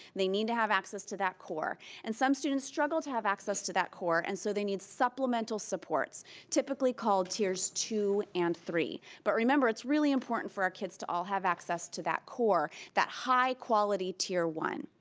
need to have access to that core and some students struggle to have access to that core and os so they need supplemental supports typically called tiers two and three. but, remember it's really important for our kids to all have access to that core, that high quality tier one.